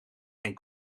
geen